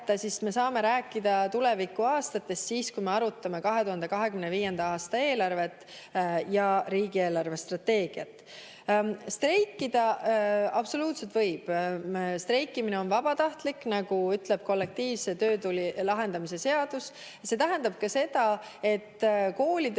me saame vaadata tulevastest aastatest rääkides – siis, kui me arutame 2025. aasta eelarvet ja riigi eelarvestrateegiat. Streikida absoluutselt võib. Streikimine on vabatahtlik, nagu ütleb kollektiivse töötüli lahendamise seadus. Ja see tähendab ka seda, et koole